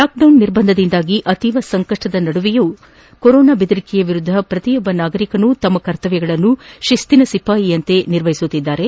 lockdown ನಿರ್ಬಂಧದಿಂದಾಗಿ ಅತೀವ ಸಂಕಷ್ಷದ ನಡುವೆಯೂ ಸಹ ಕೊರೋನಾ ಬೆದರಿಕೆಯ ವಿರುದ್ದ ಪ್ರತಿಯೊಬ್ಬ ನಾಗರಿಕನೂ ತಮ್ಮ ಕರ್ತಮ್ಗಳನ್ನು ಶಿಶ್ತಿನ ಸಿಪಾಯಿಗಳಂತೆ ನಿರ್ವಹಿಸುತ್ತಿದ್ದಾರೆ